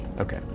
Okay